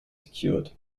secured